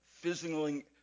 fizzling